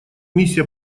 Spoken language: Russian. миссия